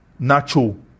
Nacho